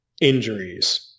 injuries